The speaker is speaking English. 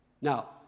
Now